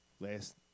last